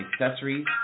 accessories